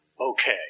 okay